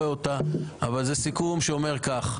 הסיכום אומר כך: